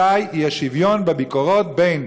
מתי יהיה שוויון בביקורות בין